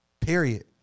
Period